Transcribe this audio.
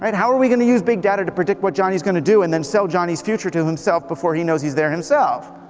and how are we going to use big data to predict what johnny's going to do and then sell johnny's future to himself before he knows he's there himself?